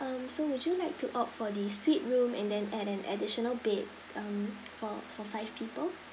um so would you like to opt for the suite room and then add an additional bed um for for five people